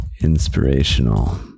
inspirational